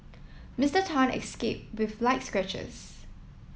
Mister Tan escaped with light scratches